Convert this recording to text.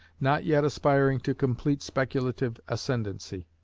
not yet aspiring to complete speculative ascendancy.